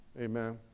Amen